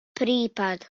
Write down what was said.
prípad